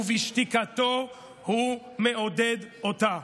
ובשתיקתו הוא מעודד אותה.